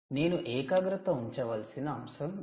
నేను ఏకాగ్రత ఉంచవలసిన అంశం Vout